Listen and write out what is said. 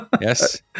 Yes